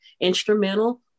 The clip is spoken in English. instrumental